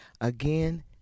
Again